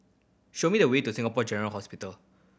show me the way to Singapore General Hospital